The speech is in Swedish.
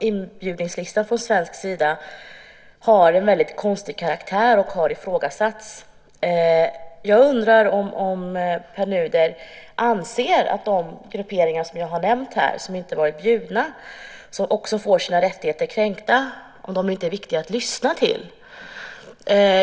Inbjudningslistan från svensk sida har en konstig karaktär och den har ifrågasatts. Jag undrar om Pär Nuder anser att de grupperingar som jag har nämnt, som inte var bjudna och som får sina rättigheter kränkta, inte är viktiga att lyssna till.